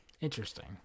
Interesting